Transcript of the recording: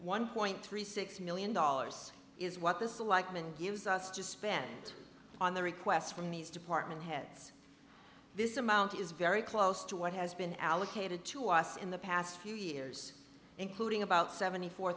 point three six million dollars is what this alike and gives us to spend on the requests from these department heads this amount is very close to what has been allocated to us in the past few years including about seventy four